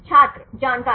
छात्र जानकारी